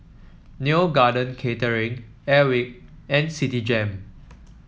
Neo Garden Catering Airwick and Citigem